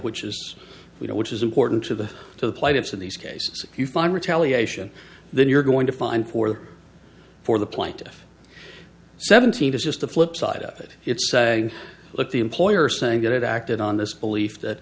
know which is important to the to the plight of these cases if you find retaliation then you're going to find for the for the plaintiff seventeen is just the flip side of it it's saying look the employer saying that it acted on this belief that